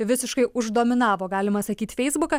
visiškai uždominavo galima sakyt feisbuką